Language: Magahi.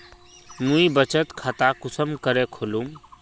मुई बचत खता कुंसम करे खोलुम?